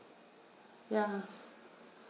ya